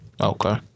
Okay